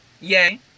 Yay